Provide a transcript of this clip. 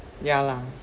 ya lah